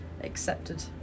accepted